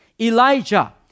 Elijah